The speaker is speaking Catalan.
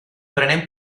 prenem